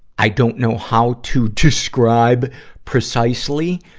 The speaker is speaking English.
i don't know how to describe precisely,